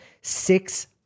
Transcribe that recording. six